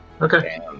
Okay